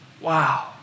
wow